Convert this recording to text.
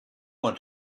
want